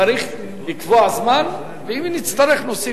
צריך לקבוע זמן, ואם נצטרך, נוסיף.